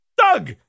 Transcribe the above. Doug